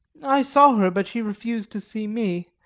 i saw her, but she refused to see me,